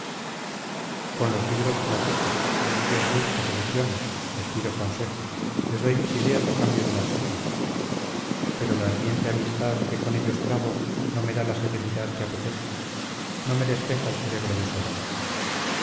con los libros platico en ellos busco soluciones les pido consejo les doy mis ideas a cambio de las suyas pero la ardiente amistad que con ellos trabo no me da la serenidad que apetezco no me despeja el cerebro de sombras